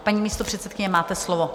Paní místopředsedkyně, máte slovo.